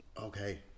Okay